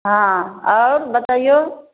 हँ आओर बतैऔ